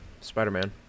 Spider-Man